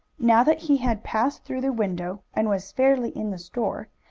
now that he had passed through the window, and was fairly in the store,